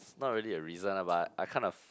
not really a reason lah but I kind of